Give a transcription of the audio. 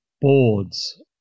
boards